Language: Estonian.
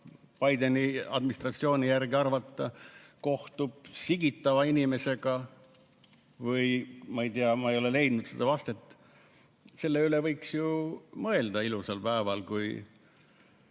Bideni administratsiooni järgi nimetada, kohtub sigitava inimesega, või ma ei tea, ma ei ole leidnud seda vastet, siis selle üle võiks ju mõelda sel ilusal päeval, kui